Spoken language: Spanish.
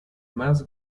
más